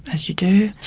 as you do.